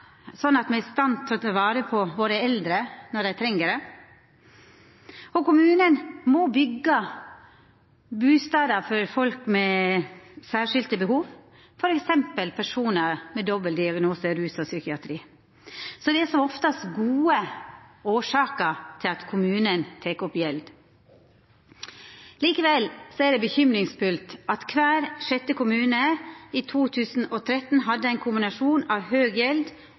at me er i stand til å ta vare på våre eldre når dei treng det. Og kommunane må byggja bustadar for folk med særskilde behov, t.d. personar med dobbeldiagnose innan rus og psykiatri. Så det er som oftast gode årsaker til at kommunen tek opp gjeld. Likevel er det urovekkjande at kvar sjette kommune i 2013 hadde ein kombinasjon av høg gjeld